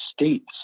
states